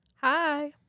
Hi